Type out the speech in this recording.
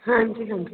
ਹਾਂਜੀ ਹਾਂਜੀ